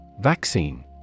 Vaccine